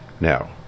Now